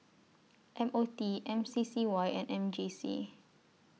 M O T M C C Y and M J C